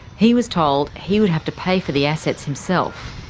he was told he would have to pay for the assets himself.